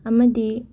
ꯑꯃꯗꯤ